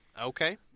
Okay